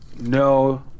No